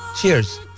cheers